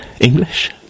English